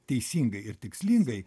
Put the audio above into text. teisingai ir tikslingai